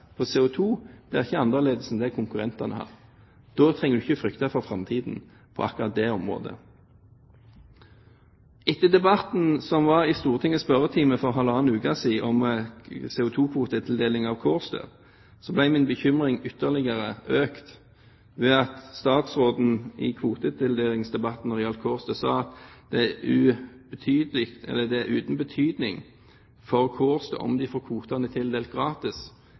marginene deres på CO2 ikke er annerledes enn det konkurrentene har. Da trenger en ikke frykte for framtiden på akkurat det området. Etter Stortingets spørretime for halvannen uke siden, et spørsmål om CO2-kvotetildelingen av Kårstø, ble min bekymring ytterligere økt ved at statsråden sa at det er uten betydning for Kårstø om de får kvotene tildelt gratis,